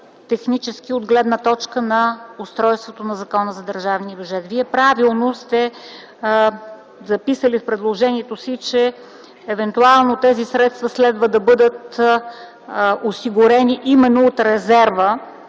издържано от гледна точка на устройството на Закона за държавния бюджет. Вие правилно сте записали в предложението си, че евентуално тези средства следва да бъдат осигурени именно от резерва,